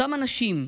אותם אנשים,